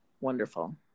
wonderful